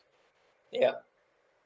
ya